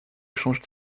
échange